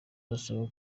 arasaba